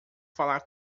falar